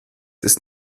ist